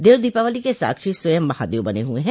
देव दीपावली के साक्षी स्वयं महादेव बने हुए हैं